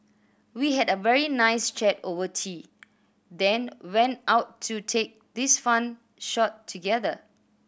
we had a very nice chat over tea then went out to take this fun shot together